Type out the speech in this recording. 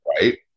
Right